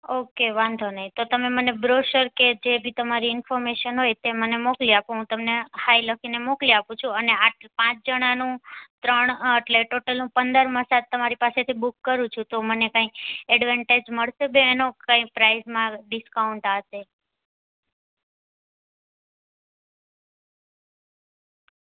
okay વાંધો નહીં તો તમે મને બ્રોશર કે જે ભી તમારી ઈન્ફોર્મેશન હોય તે મને મોકલી આપો હું તમને હાય લખીને મોકલી આપું છું અને આઠ પાંચ જણાનું ત્રણ એટલે ટોટલ હું પંદર મસાજ તમારી પાસેથી બુક કરું છું તો મને કંઈ એડવાન્ટેજ મળશે એનો કંઈ પ્રાઈઝમાં ડિસ્કાઉન્ટ આ તે